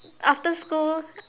after school